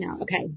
Okay